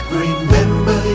remember